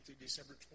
December